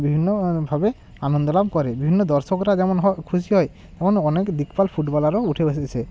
বিভিন্নভাবে আনন্দ লাভ করে বিভিন্ন দর্শকরা যেমন হ খুশি হয় অন অনেক দিকপাল ফুটবলারও উঠে এসেছে